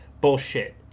bullshit